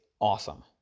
awesome